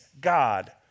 God